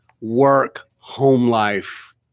work-home-life